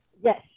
Yes